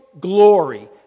glory